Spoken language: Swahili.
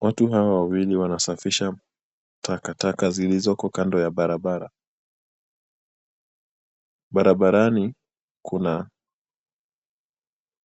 Watu hawa wawili wanasafisha takataka zilizoko kando ya barabara. Barabarani kuna